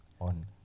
on